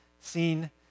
seen